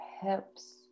hips